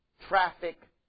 traffic